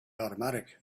automatic